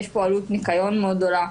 יש פה עלות ניקיון מאוד גדולה,